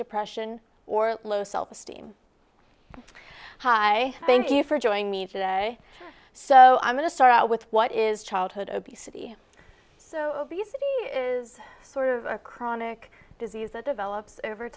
depression or low self esteem hi thank you for joining me today so i'm going to start out with what is childhood obesity so obesity is sort of a chronic disease that develops over